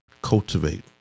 cultivate